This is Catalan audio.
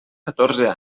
catorze